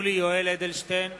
הנושא שלה הוא נושא מע"מ על פירות